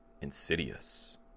Insidious